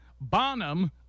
Bonham